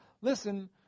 listen